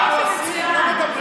יופי, מצוין.